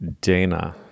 Dana